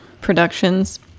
productions